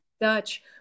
Dutch